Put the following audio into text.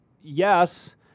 Yes